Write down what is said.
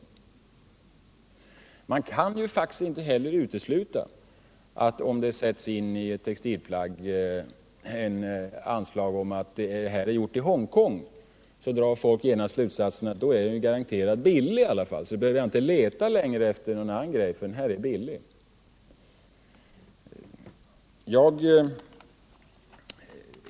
Man kan faktiskt inte heller utesluta att en etikett på ett textilplagg med upplysningen att det är tillverkat i Hongkong leder till slutsatsen att detta är en garanterat billig vara — man behöver inte leta efter någon annan grej, för den här är billig.